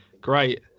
great